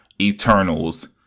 Eternals